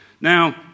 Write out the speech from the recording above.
Now